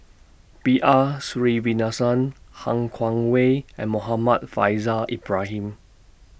B R Sreenivasan Han Guangwei and Muhammad Faishal Ibrahim